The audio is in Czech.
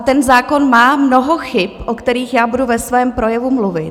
Ten zákon má mnoho chyb, o kterých budu ve svém projevu mluvit.